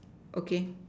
okay